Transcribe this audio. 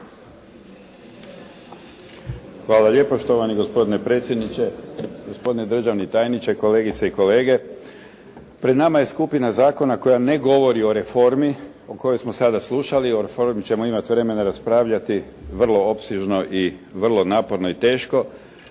Hvala lijepa. Štovani gospodine predsjedniče, gospodine državni tajniče, kolegice i kolege pred nama je skupina zakona koja ne govori o reformi o kojoj smo sada slušali … /Govornik se ne razumije./ … imati vremena raspravljati vrlo opsežno i vrlo naporno i teško